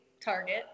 Target